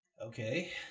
okay